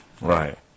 Right